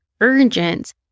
urgent